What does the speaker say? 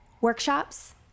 workshops